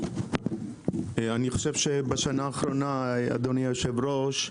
אני חושב שבשנה האחרונה, אדוני היושב-ראש,